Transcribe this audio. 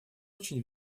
очень